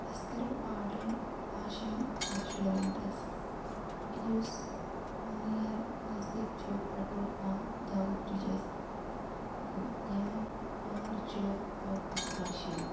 اسہِ کَریو order Hashim restaurants یُس نیر نَزدیٖک چھُ پیٹرول پَمپ داوٗد بِرٛیجَس تہٕ یَمیُک اونَر چھُ توفیٖق حاشِم